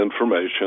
information